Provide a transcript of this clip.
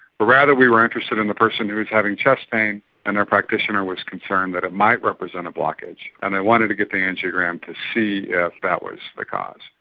but rather we were interested in the person who was having chest pain and their practitioner was concerned that it might represent a blockage, and they wanted to get the angiogram to see yeah if that was the cause.